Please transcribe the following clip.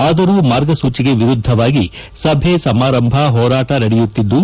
ಆದರೂ ಮಾರ್ಗಸೂಚಿಗೆ ವಿರುದ್ದವಾಗಿ ಸಭೆ ಸಮಾರಂಭ ಹೋರಾಟ ನಡೆಯುತ್ತಿದ್ದು